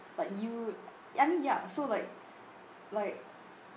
like you I mean ya so like like